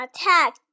attack